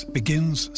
begins